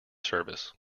service